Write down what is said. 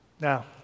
Now